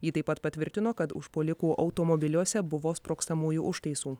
ji taip pat patvirtino kad užpuolikų automobiliuose buvo sprogstamųjų užtaisų